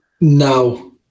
No